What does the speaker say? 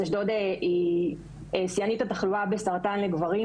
אז אשדוד היא שיאנית התחלואה בסרטן לגברים,